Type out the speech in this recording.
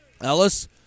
Ellis